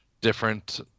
different